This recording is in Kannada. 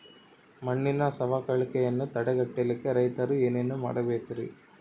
ಮಣ್ಣಿನ ಸವಕಳಿಯನ್ನ ತಡೆಗಟ್ಟಲಿಕ್ಕೆ ರೈತರು ಏನೇನು ಮಾಡಬೇಕರಿ?